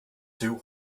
two